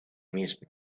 mismo